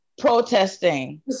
protesting